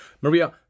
Maria